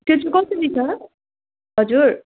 त्यो चाहिँ कसरी छ हजुर